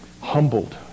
humbled